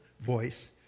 voice